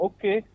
Okay